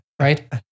right